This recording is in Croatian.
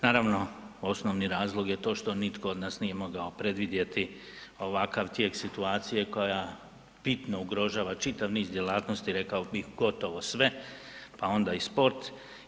Naravno, osnovni razlog je to što nitko od nas nije mogao predvidjeti ovakav tijek situacije koja bitno ugrožava čitav niz djelatnosti, rekao bih gotovo sve, pa onda i sport.